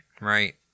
Right